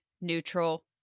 neutral